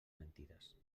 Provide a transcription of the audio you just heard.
mentides